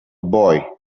boy